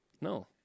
No